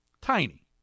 Tiny